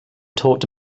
talked